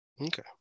Okay